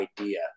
idea